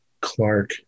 Clark